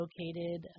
located